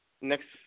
next